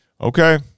Okay